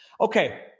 okay